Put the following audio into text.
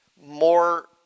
more